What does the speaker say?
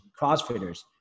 crossfitters